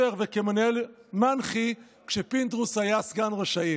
וכמנהל מנח"י כשפינדרוס היה סגן ראש העיר.